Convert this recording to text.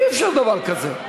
אי-אפשר דבר כזה.